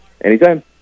Anytime